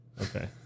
Okay